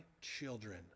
children